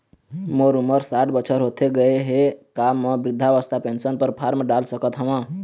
मोर उमर साठ बछर होथे गए हे का म वृद्धावस्था पेंशन पर फार्म डाल सकत हंव?